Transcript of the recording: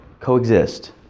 coexist